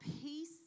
peace